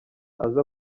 aza